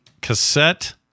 Cassette